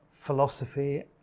philosophy